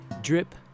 Drip